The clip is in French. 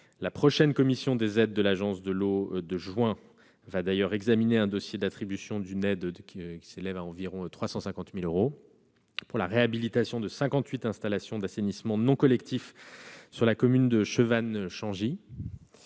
La prochaine commission des aides de l'agence de l'eau qui se réunira en juin va d'ailleurs examiner le dossier d'attribution d'une aide, qui s'élève à environ 350 000 euros, pour la réhabilitation de 58 installations d'assainissement non collectif dans la commune de Chevannes-Changy.